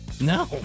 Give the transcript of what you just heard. no